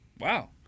Wow